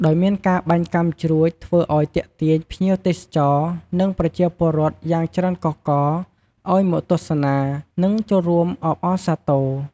ដោយមានការបាញ់កាំជ្រួច ធ្វើឲ្យទាក់ទាញភ្ញៀវទេសចរ និងប្រជាពលរដ្ឋយ៉ាងច្រើនកុះករឲ្យមកទស្សនា និងចូលរួមអបអរសាទរ។